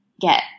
get